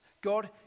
God